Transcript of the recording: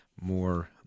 more